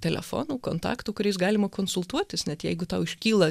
telefonų kontaktų kuriais galima konsultuotis net jeigu tau iškyla